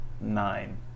nine